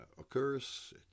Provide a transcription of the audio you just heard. occurs